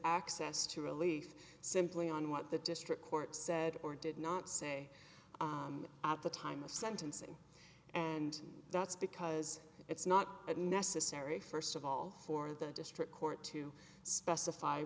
access to relief simply on what the district court said or did not say at the time of sentencing and that's because it's not necessary first of all for the district court to specify